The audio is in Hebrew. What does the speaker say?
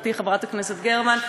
חברתי חברת הכנסת גרמן,